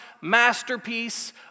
masterpiece